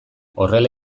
horrela